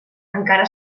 encara